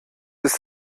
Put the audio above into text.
ist